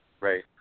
Right